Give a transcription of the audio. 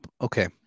okay